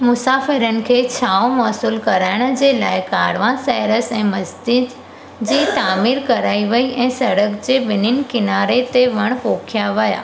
मुसाफ़िरनि खे छांव मौसूल कराइण जे लाइ कारवांसेरैस ऐं मस्ज़िद जी तामिर कराई वेई ऐं सड़क जे ॿिन्हिनि किनारनि ते वण पोखिया विया